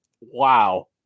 Wow